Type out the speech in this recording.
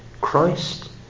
Christ